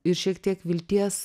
ir šiek tiek vilties